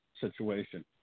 situation